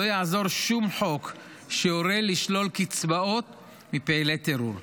לא יעזור שום חוק שיורה לשלול קצבאות מפעילי טרור.